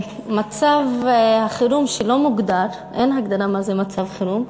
מצב החירום שלא מוגדר, אין הגדרה מה זה מצב חירום,